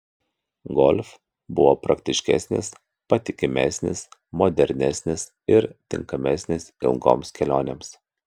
golf buvo praktiškesnis patikimesnis modernesnis ir tinkamesnis ilgoms kelionėms